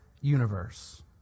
universe